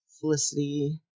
felicity